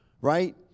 right